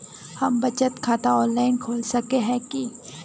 हम बचत खाता ऑनलाइन खोल सके है की?